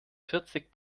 vierzig